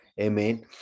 Amen